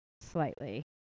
slightly